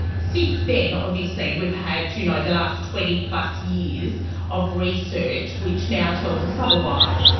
since then obviously we've had you know the last twenty plus years of research which now tells us otherwise,